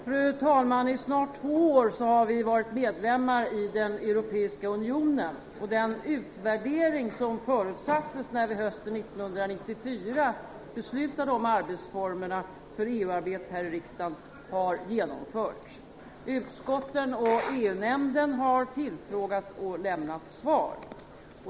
Fru talman! I snart två år har vi varit medlemmar i den europeiska unionen. Den utvärdering som förutsattes när vi hösten 1994 beslutade om arbetsformerna för EU-arbetet här i riksdagen har genomförts. Utskotten och EU-nämnden har tillfrågats och lämnat svar.